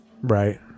Right